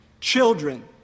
children